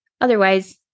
Otherwise